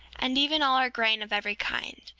and even all our grain of every kind,